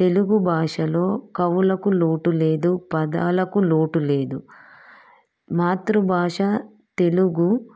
తెలుగు భాషలో కవులకు లోటు లేదు పదాలకు లోటు లేదు మాతృభాష తెలుగు